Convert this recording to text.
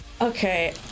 okay